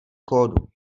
kódu